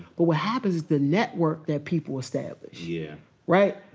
but what happens is the network that people establish, yeah right?